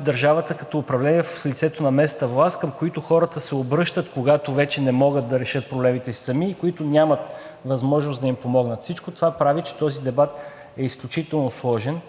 държавата като управление в лицето на местната власт, към които хората се обръщат, когато вече не могат да решат проблемите си сами, и които нямат възможност да им помогнат. Всичко това прави, че този дебат е изключително сложен